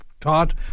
taught